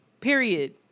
Period